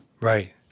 Right